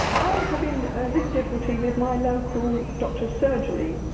i'm having a little difficulty with my local doctor's surgery.